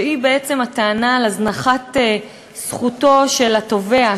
שהיא הטענה להזנחת זכותו של התובע,